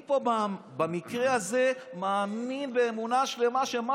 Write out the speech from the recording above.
במקרה הזה אני מאמין באמונה שלמה שמה